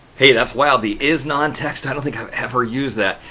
hey, that's wild! the isnontext, i don't think i've ever used that,